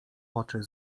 oczy